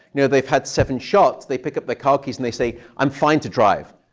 yeah they've had seven shots, they pick up their car keys, and they say, i'm fine to drive.